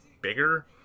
bigger